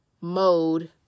mode